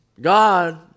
God